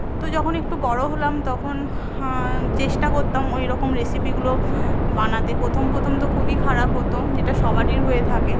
তো যখন একটু বড়ো হলাম তখন চেষ্টা করতাম ওইরকম রেসিপিগুলো বানাতে প্রথম প্রথম তো খুবই খারাপ হত যেটা সবারই হয়ে থাকে